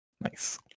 Nice